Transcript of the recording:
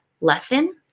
lesson